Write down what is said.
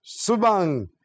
Subang